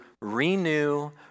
renew